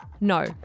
No